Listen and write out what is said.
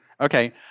Okay